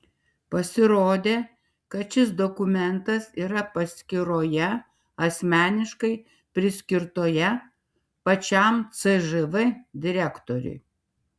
pasirodė kad šis dokumentas yra paskyroje asmeniškai priskirtoje pačiam cžv direktoriui